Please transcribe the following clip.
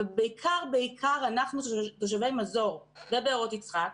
ובעיקר בעיקר אנחנו תושבי מזור ובארות יצחק,